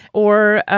or,